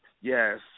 Yes